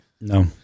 no